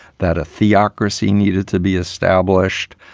that a theocracy needed to be established,